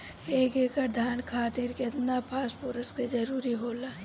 एक एकड़ धान खातीर केतना फास्फोरस के जरूरी होला?